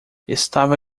estava